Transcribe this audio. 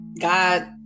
God